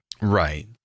Right